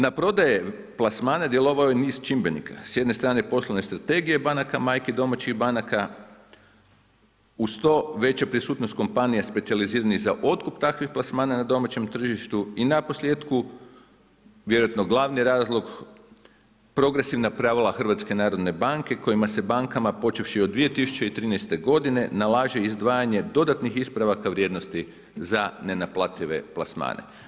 Na prodaje plasmana djelovao je niz čimbenika, s jedne strane poslovne strategije banaka majki domaćih banaka, uz to veća prisutnost kompanija specijaliziranih za otkup takvih plasmana na domaćem tržištu i naposljetku vjerojatno glavni razlog, progresivna pravila Hrvatske narodne banke kojima se bankama, počevši od 2013. godine nalaže izdvajanje dodatnih ispravaka vrijednosti za nenaplative plasmane.